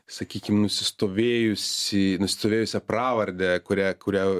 sakykim nusistovėjusį nusistovėjusią pravardę kuria kuria